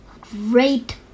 Great